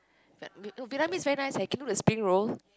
Viet~ Vietnamese is very nice leh can do the spring roll